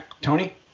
Tony